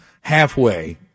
halfway